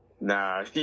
Nah